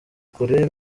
kure